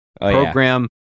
program